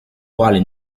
quali